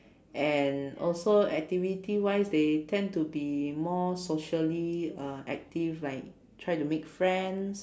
and also activity wise they tend to be more socially uh active like try to make friends